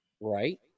Right